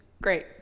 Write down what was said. great